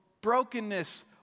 brokenness